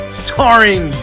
starring